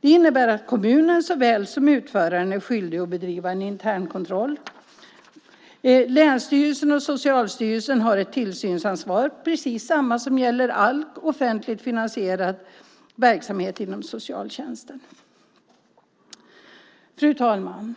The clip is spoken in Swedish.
Det innebär att såväl kommunen som utföraren är skyldiga att bedriva internkontroll. Länsstyrelsen och Socialstyrelsen har tillsynsansvar, precis samma som gäller all offentligt finansierad verksamhet inom socialtjänsten. Fru talman!